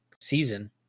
season